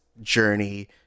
journey